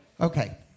Okay